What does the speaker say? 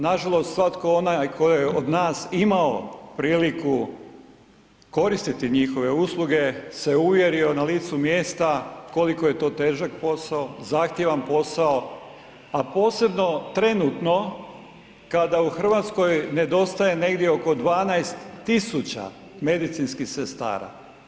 Nažalost svatko onaj tko je od nas imao priliku koristiti njihove usluge, se uvjerio na licu mjesta koliko je to težak posao, zahtjevan posao, a posebno trenutno kada u Hrvatskoj nedostaje negdje oko 12 tisuća medicinskih sestara.